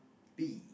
B